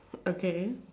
okay